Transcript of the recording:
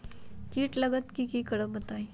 कीट लगत त क करब बताई?